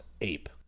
Ape